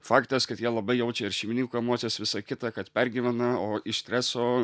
faktas kad jie labai jaučia ir šeimininkų emocijas visa kita kad pergyvena o iš streso